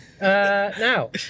Now